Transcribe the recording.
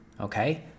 Okay